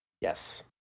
Yes